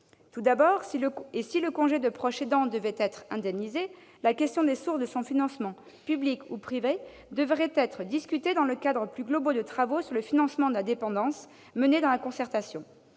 Tout d'abord, si le congé de proche aidant devait être indemnisé, la question des sources de son financement, public ou privé, devrait être discutée dans la perspective plus globale des travaux sur le financement de la dépendance menés dans le cadre